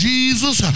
Jesus